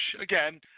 again –